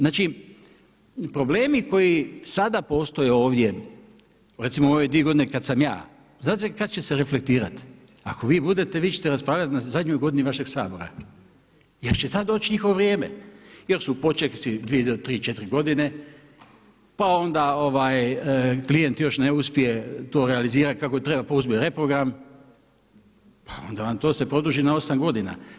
Znači problemi koji sada postoje ovdje, recimo u ove dvije godine kada sam ja, znate kada će se reflektirati, ako vi budete, vi ćete raspravljati na zadnjoj godini vašeg Sabora jer će tada doći njihovo vrijeme jer su počeci dvije do 3, 4 godine, pa onda klijent još ne uspije to realizirati kako treba pa uzme reprogram, pa onda vam to se produži na 8 godina.